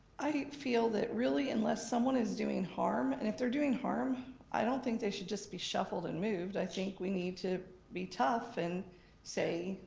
i feel that really unless someone is doing harm, and if they're doing harm, i don't think they should just be shuffled and moved. i think we need to be tough and say,